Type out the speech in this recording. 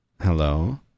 Hello